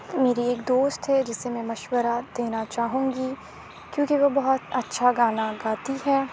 میری ایک دوست ہے جسے میں مشورہ دینا چاہوں گی کیوںکہ وہ بہت اچھا گانا گاتی ہے